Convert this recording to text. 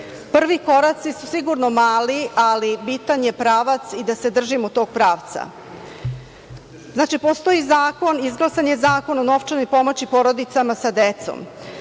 Prvi koraci su sigurno mali, ali bitan je pravac i da se držimo tog pravca. Znači, postoji zakon. Izglasan je Zakon o novčanoj pomoći porodicama sa decom,